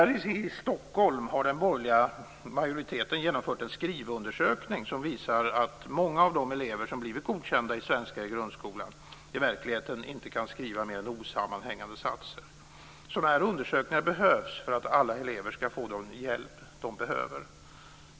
I Stockholm har den borgerliga majoriteten genomfört en skrivundersökning som visar att många elever som blivit godkända i svenska i grundskolan i verkligheten inte kan skriva mer än osammanhängande korta satser. Sådana undersökningar behövs för att alla elever ska få den hjälp de behöver.